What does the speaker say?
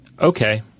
Okay